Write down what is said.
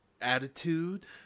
Attitude